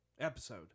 Episode